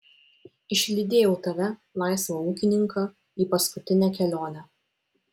išlydėjau tave laisvą ūkininką į paskutinę kelionę